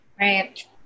Right